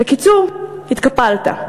בקיצור, התקפלת.